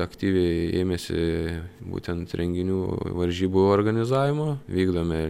aktyviai ėmėsi būtent renginių varžybų organizavimo vykdome